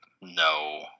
No